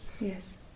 Yes